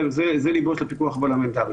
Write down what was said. זה ליבו של הפיקוח הפרלמנטרי.